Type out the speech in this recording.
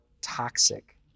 toxic